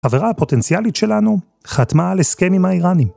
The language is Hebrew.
החברה הפוטנציאלית שלנו, חתמה על הסכם עם האיראנים.